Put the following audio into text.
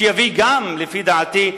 שיביא גם, לפי דעתי,